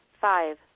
Five